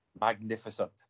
magnificent